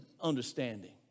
understanding